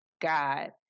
God